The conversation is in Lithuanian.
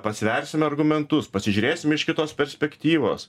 pasversime argumentus pasižiūrėsim iš kitos perspektyvos